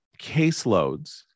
caseloads